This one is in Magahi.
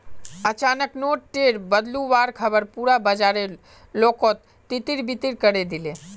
अचानक नोट टेर बदलुवार ख़बर पुरा बाजारेर लोकोत तितर बितर करे दिलए